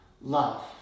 Love